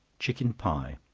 chicken pie.